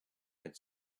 had